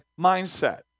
mindset